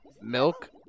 Milk